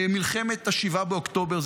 למלחמת 7 באוקטובר,